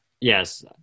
Yes